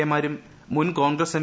A മാരും മുൻ Congress M